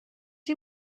you